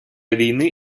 війни